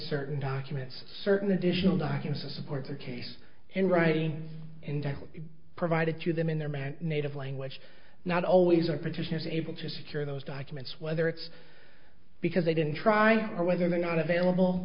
certain documents certain additional documents a support the case in writing and that will be provided to them in their mad native language not always our petition is able to secure those documents whether it's because they didn't try or whether they're not available